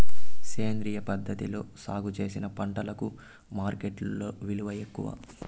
సేంద్రియ పద్ధతిలో సాగు చేసిన పంటలకు మార్కెట్టులో విలువ ఎక్కువ